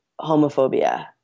homophobia